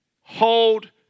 hold